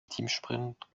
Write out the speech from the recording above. teamsprint